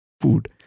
food